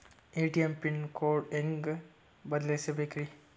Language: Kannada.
ಎ.ಟಿ.ಎಂ ಪಿನ್ ಕೋಡ್ ಹೆಂಗ್ ಬದಲ್ಸ್ಬೇಕ್ರಿ?